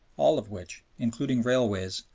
all of which, including railways,